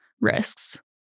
risks